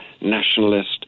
nationalist